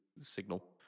signal